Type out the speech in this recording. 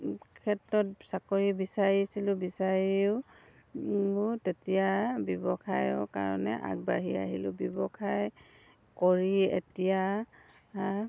ক্ষেত্ৰত চাকৰি বিচাৰিছিলোঁ বিচাৰিও তেতিয়া ব্যৱসায়ৰ কাৰণে আগবাঢ়ি আহিলোঁ ব্যৱসায় কৰি এতিয়া